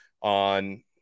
on